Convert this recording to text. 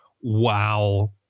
wow